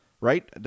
right